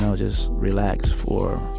ah just relax for,